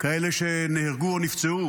כאלה שנהרגו או נפצעו.